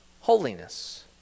holiness